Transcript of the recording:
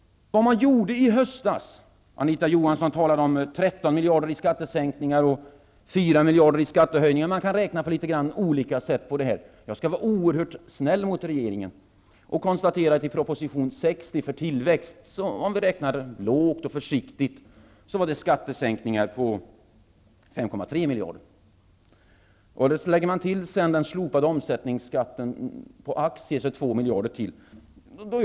Anita Johansson talade om 13 miljarder i skattesänkningar och 4 miljarder i skattehöjningar i höstas. Man kan räkna på olika sätt. Jag skall vara oerhört snäll mot regeringen och konstatera att det i proposition 60 för tillväxt föreslogs skattesänkningar på 5,3 miljarder. Då har vi räknat lågt och försiktigt. Lägger man sedan till den slopade omsättningsskatten på aktier på 2 miljarder blir det 7,5 miljarder.